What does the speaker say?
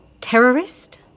terrorist